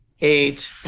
eight